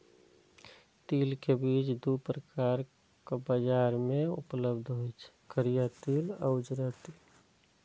तिल के बीज दू प्रकारक बाजार मे उपलब्ध होइ छै, करिया तिल आ उजरा तिल